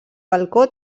balcó